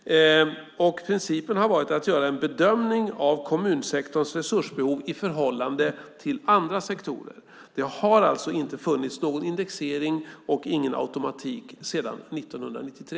Principen har varit att göra en bedömning av kommunsektorns resursbehov i förhållande till andra sektorer. Det har alltså inte funnits någon indexering och inte någon automatik sedan 1993.